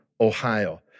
Ohio